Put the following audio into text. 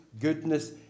goodness